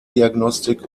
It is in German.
diagnostik